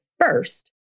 first